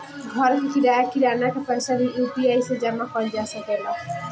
घर के किराया, किराना के पइसा भी यु.पी.आई से जामा कईल जा सकेला